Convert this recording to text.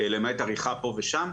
למעט עריכה פה ושם.